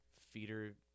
feeder